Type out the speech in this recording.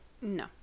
No